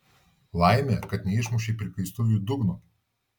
laimė kad neišmušei prikaistuviui dugno